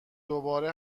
دوباره